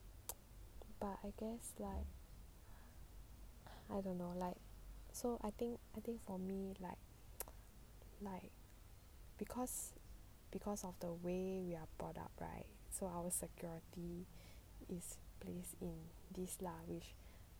but I guess I don't know like so I think I think for me like because because of the way we are brought up right so our security is place in this lah with